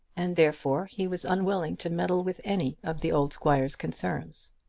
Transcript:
and therefore he was unwilling to meddle with any of the old squire's concerns.